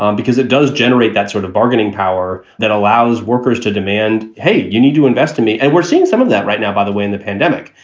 um because it does generate that sort of bargaining power that allows workers to demand, hey, you need to invest in me. and we're seeing some of that right now. by the way, in the pandemic,